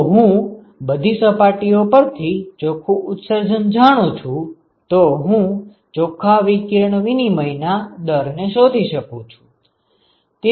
જો હું બધી સપાટીઓ પરથી ચોખ્ખું ઉત્સર્જન જાણું છું તો હું ચોખ્ખા વિકિરણ વિનિમય ના દર ને શોધી શકું છું